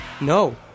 No